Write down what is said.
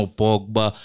pogba